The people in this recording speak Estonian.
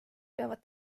peavad